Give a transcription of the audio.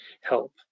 help